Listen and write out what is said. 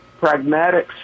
pragmatics